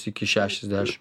iki šešiasdešimt